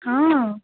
ହଁ